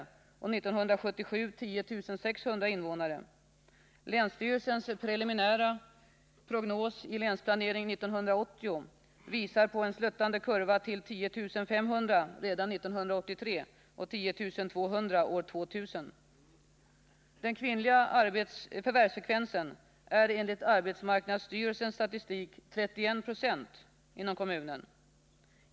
1955 hade vi 12700 in Länsstyrels preliminära prognos i Länsplanering 1980 visar på en sluttande kurva till 10 500 redan 1983 och 10 200.år 2000. Den kvinnliga förvärvsfrekvensen är enligt arbetsmarknadsstyrelsens statistik 31 26 inom kommunen.